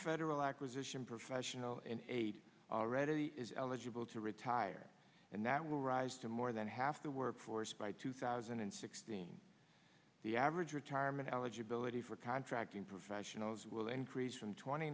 federal acquisition professional and eight already is eligible to retire and that will rise to more than half the workforce by two thousand and sixteen the average retirement eligibility for contracting professionals will increase from twenty